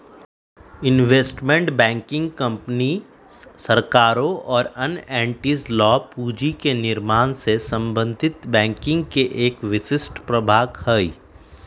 investment banking कंपनियन, सरकारों और अन्य एंटिटीज ला पूंजी के निर्माण से संबंधित बैंकिंग के एक विशिष्ट प्रभाग हई